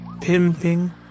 Pimping